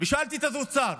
ושאלתי את האוצר.